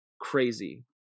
crazy